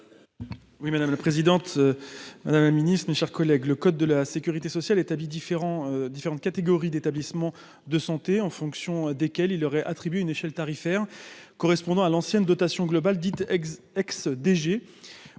Oui, madame la présidente, Madame la Ministre, mes chers collègues, le code de la sécurité sociale ta différents différentes catégories d'établissements de santé en fonction desquels il aurait attribué une échelle tarifaire correspondant à l'ancienne dotation globale dite ex